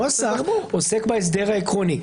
הנוסח עוסק בהסדר העקרוני.